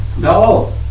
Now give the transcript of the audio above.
No